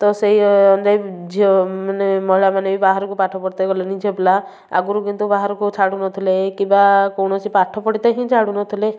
ତ ସେଇ ଅନୁଯାୟୀ ଝିଅ ମାନେ ମହିଳାମାନେ ବି ବାହାରକୁ ପାଠ ପଢ଼ିତେ ଗଲେଣି ଝିଅପିଲା ଆଗରୁ କିନ୍ତୁ ବାହାରକୁ ଛାଡ଼ୁ ନ ଥିଲେ ଏଇ କିବା କୌଣସି ପାଠ ପଢ଼ିତେ ହିଁ ଛାଡ଼ୁ ନ ଥିଲେ